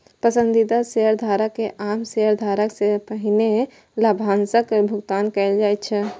पसंदीदा शेयरधारक कें आम शेयरधारक सं पहिने लाभांशक भुगतान कैल जाइ छै